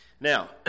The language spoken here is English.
Now